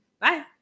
Bye